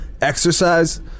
Exercise